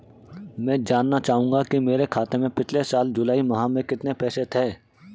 मैं जानना चाहूंगा कि मेरे खाते में पिछले साल जुलाई माह में कितने पैसे थे?